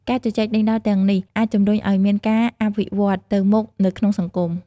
ការជជែកដេញដោលទាំងនេះអាចជំរុញឲ្យមានការអភិវឌ្ឍទៅមុខនៅក្នុងសង្គម។